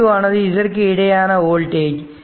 v2 ஆனது இதற்கு இடையேயான வோல்டேஜ்